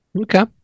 Okay